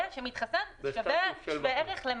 ושמתחסן שווה ערך למחלים.